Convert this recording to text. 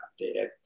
updated